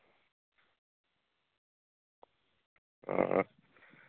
ᱚ